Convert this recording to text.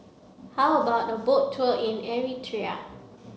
how about a boat tour in Eritrea